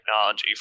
technology